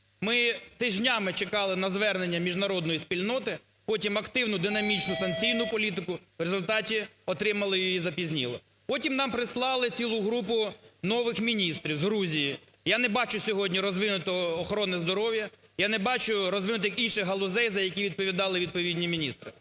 Ми тижнями чекали на звернення міжнародної спільноти, потім активну, динамічнусанкційну політику, в результаті отримали її запізніло. Потім нам прислали цілу групу нових міністрів з Грузії. Я не бачу сьогодні розвинутої охорони здоров'я. Я не бачу розвинутих інших галузей, за які відповідали відповідні міністри.